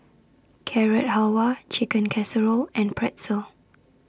Carrot Halwa Chicken Casserole and Pretzel